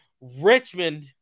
Richmond